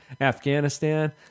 Afghanistan